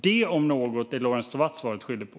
Detta om något är Lorentz Tovatt svaret skyldig på.